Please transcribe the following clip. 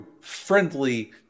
friendly